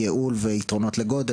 לייעול ויתרונות לגודל,